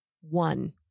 one